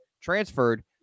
transferred